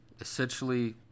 essentially